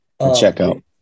checkout